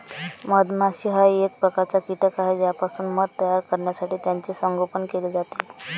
मधमाशी हा एक प्रकारचा कीटक आहे ज्यापासून मध तयार करण्यासाठी त्याचे संगोपन केले जाते